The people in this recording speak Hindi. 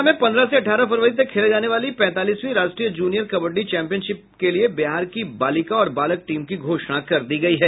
कोलकता में पन्द्रह से अठारह फरवरी तक खेले जाने वाली पैंतालीसवीं राष्ट्रीय जूनियर कबड्डी चैम्पियनशिप के लिए बिहार की बालिका और बालक टीम की घोषणा कर दी गयी है